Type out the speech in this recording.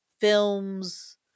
films